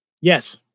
Yes